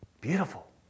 beautiful